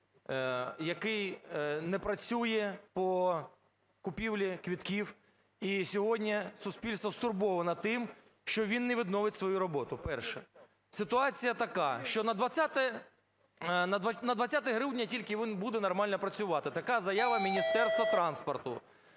який не працює по купівлі квитків. І сьогодні суспільство стурбоване тим, що він не відновить свою роботу – перше. Ситуація така, що на 20 грудня тільки він буде нормально працювати – така заява Міністерства транспорту.